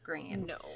no